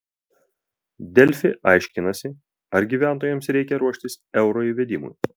delfi aiškinasi ar gyventojams reikia ruoštis euro įvedimui